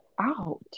out